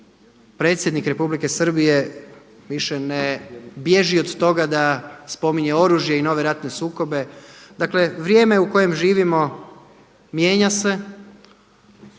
Predsjednik Republike Srbije više ne bježi od toga da spominje oružje i nove ratne sukobe. Dakle, vrijeme u kojem živimo mijenja se,